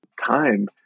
time